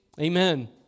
Amen